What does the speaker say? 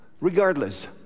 regardless